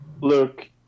look